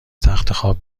تختخواب